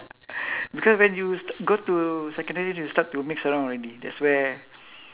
because when you go to secondary you start to mix around already that's where